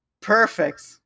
perfect